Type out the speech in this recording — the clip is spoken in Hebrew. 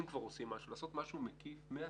אם כבר עושים משהו, משהו מקיף מהתחלה,